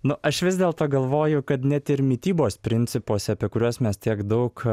nu aš vis dėlto galvoju kad net ir mitybos principuose apie kuriuos mes tiek daug